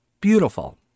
Beautiful